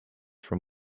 from